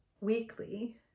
weekly